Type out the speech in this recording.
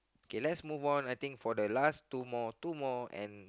okay let's move on I think for the last two more two more and